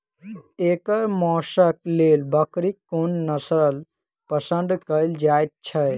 एकर मौशक लेल बकरीक कोन नसल पसंद कैल जाइ छै?